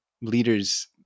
leaders